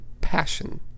passion